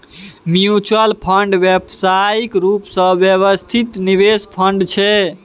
mutual fund व्यावसायिक रूप सँ व्यवस्थित निवेश फंड छै